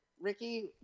Ricky